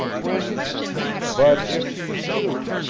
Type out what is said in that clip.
when but if she's you,